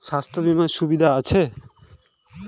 স্বাস্থ্য বিমার সুবিধা আছে?